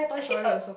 actually a